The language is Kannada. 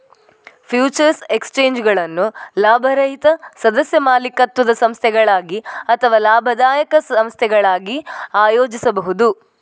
ಫ್ಯೂಚರ್ಸ್ ಎಕ್ಸ್ಚೇಂಜುಗಳನ್ನು ಲಾಭರಹಿತ ಸದಸ್ಯ ಮಾಲೀಕತ್ವದ ಸಂಸ್ಥೆಗಳಾಗಿ ಅಥವಾ ಲಾಭದಾಯಕ ಸಂಸ್ಥೆಗಳಾಗಿ ಆಯೋಜಿಸಬಹುದು